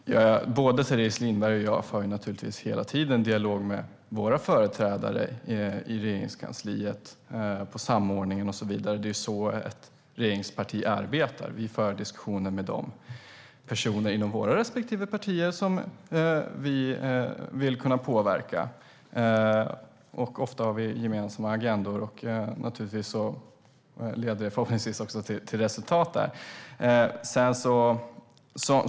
Fru talman! Både Teres Lindberg och jag för hela tiden en dialog med våra företrädare i Regeringskansliet, på samordningen och så vidare. Det är så ett regeringsparti arbetar. Vi för diskussioner med de personer inom våra respektive partier som vi vill kunna påverka. Ofta har vi gemensamma agendor, och förhoppningsvis leder det till resultat.